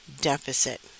deficit